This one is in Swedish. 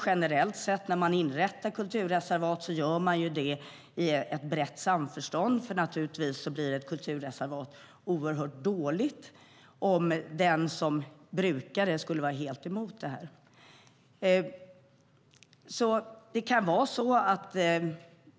Generellt sett när kulturreservat inrättas sker det i brett samförstånd. Naturligtvis blir ett kulturreservat oerhört dåligt om den som brukar marken är helt emot inrättandet av kulturreservatet.